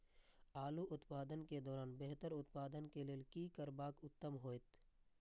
आलू उत्पादन के दौरान बेहतर उत्पादन के लेल की करबाक उत्तम होयत?